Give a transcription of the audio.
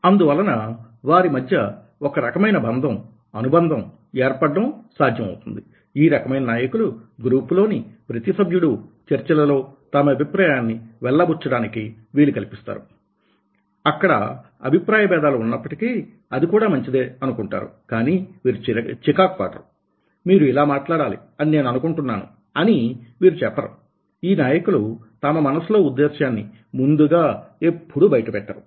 అందువలన వారి మధ్య ఒక రకమైన బంధం అనుబంధం ఏర్పడడం సాధ్యమవుతుంది ఈ రకమైన నాయకులు గ్రూపులోని ప్రతి సభ్యుడు చర్చలలో తమ అభిప్రాయాన్ని వెలిబుచ్చడానికి వీలు కల్పిస్తారు అక్కడ అభిప్రాయభేదాలు ఉన్నప్పటికీ అది కూడా మంచిదే అనుకుంటారు కానీ వీరు చికాకు పడరు మీరు ఇలా మాట్లాడాలి అని నేను అనుకుంటున్నాను అని వీరు చెప్పరు ఈ నాయకులు తమ మనసులో ఉద్దేశ్యాన్ని ముందుగా ఎప్పుడూ బయటపెట్టరు